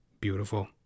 Beautiful